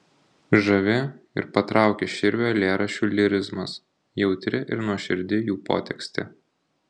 žavi ir patraukia širvio eilėraščių lyrizmas jautri ir nuoširdi jų potekstė